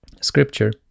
scripture